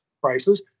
prices